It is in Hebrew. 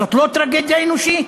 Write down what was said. זו לא טרגדיה אנושית?